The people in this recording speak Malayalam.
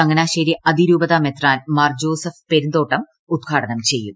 ചങ്ങനാശ്ശേരി അതിരൂപതാ മെത്രാൻ മാർ ജോസഫ് പെരുന്തോട്ടം ഉദ്ഘാടനം ചെയ്യും